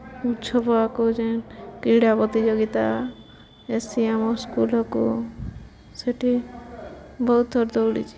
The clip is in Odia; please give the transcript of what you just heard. କ୍ରୀଡ଼ା ପ୍ରତିଯୋଗିତା ଏଠି ଆମ ସ୍କୁଲକୁ ସେଠି ବହୁତଥର ଦୌଡ଼ିଛି